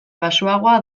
baxuagoa